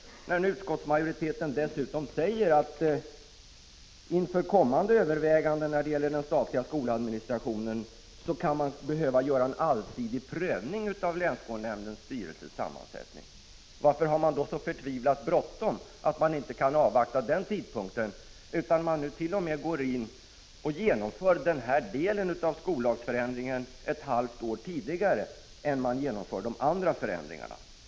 När utskottsmajoriteten dessutom säger att man inför kommande överväganden beträffande den statliga skoladministrationen kan behöva göra en allsidig prövning av länsskolnämndens styrelses sammansättning, kan man fråga sig: Varför har man då så förtvivlat bråttom, att man inte kan avvakta den tidpunkten utan t.o.m. genomför den här delen av skollagens förändring ett halvår tidigare än de andra förändringarna?